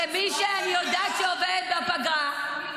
כמי שאני יודעת שעובד בפגרה,